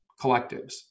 collectives